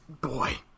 Boy